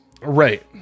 Right